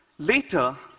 later,